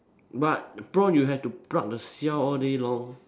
but prawn you have to pluck the shell all day long